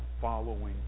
following